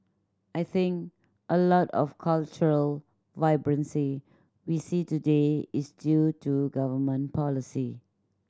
I think a lot of cultural vibrancy we see today is due to government policy